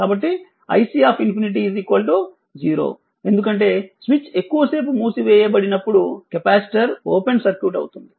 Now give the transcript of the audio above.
కాబట్టి iC∞ 0 ఎందుకంటే స్విచ్ ఎక్కువసేపు మూసివేయబడినప్పుడు కెపాసిటర్ ఓపెన్ సర్క్యూట్ అవుతుంది